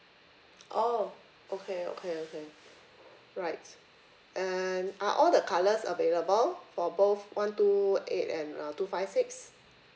oh okay okay okay right and are all the colours available for both one two eight and uh two five six